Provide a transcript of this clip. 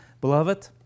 Beloved